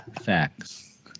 Facts